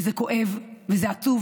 וזה כואב וזה עצוב.